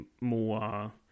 more